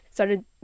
started